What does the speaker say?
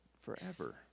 forever